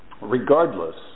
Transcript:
regardless